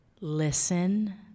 listen